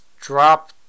drop